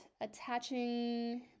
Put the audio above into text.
attaching